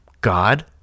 God